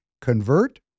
Convert